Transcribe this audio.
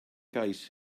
gais